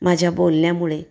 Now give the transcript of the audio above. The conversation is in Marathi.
माझ्या बोलण्यामुळे